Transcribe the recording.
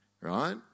right